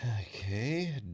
Okay